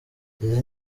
izi